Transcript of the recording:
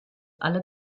alle